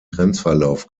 grenzverlauf